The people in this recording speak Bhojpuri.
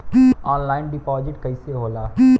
ऑनलाइन डिपाजिट कैसे होला?